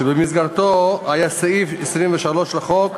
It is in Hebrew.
ובמסגרתו סעיף 23 לחוק,